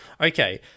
Okay